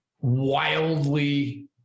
wildly